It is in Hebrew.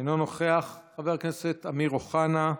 אינו נוכח, חבר הכנסת אמיר אוחנה,